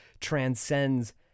transcends